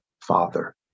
Father